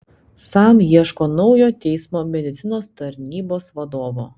sam ieško naujo teismo medicinos tarnybos vadovo